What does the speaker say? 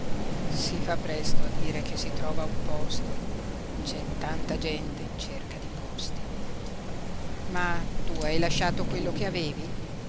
si fa presto a dire che si trova un posto c'è tanta gente in cerca di posti ma tu hai lasciato quello che avevi